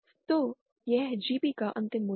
तो यह GP का अंतिम मूल्य है